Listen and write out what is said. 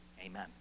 amen